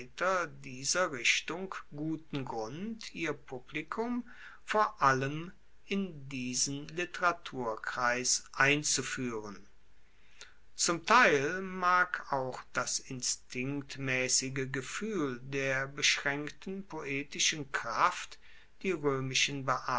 dieser richtung guten grund ihr publikum vor allem in diesen literaturkreis einzufuehren zum teil mag auch das instinktmaessige gefuehl der beschraenkten poetischen kraft die